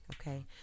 okay